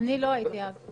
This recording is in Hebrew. אני לא הייתי אז.